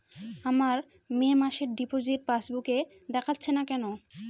আমার মে মাসের ডিপোজিট পাসবুকে দেখাচ্ছে না কেন?